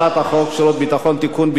הצעת החוק שירות ביטחון (תיקון,